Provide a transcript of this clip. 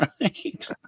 right